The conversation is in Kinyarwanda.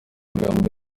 amagambo